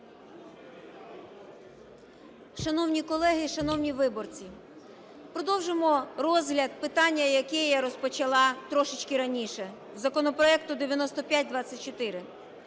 Шановні колеги, шановні виборці, продовжуємо розгляд питання, яке я розпочала трошечки раніше, з законопроекту 9524.